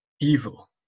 evil